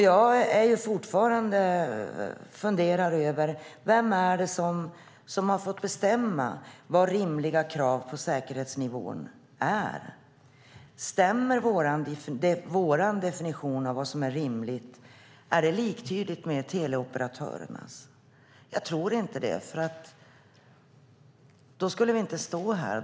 Jag funderar fortfarande över vem det är som har fått bestämma vad rimliga krav på säkerhetsnivån är. Stämmer vår definition av vad som är rimligt? Är den liktydig med teleoperatörernas? Jag tror inte det. I så fall skulle vi inte stå här.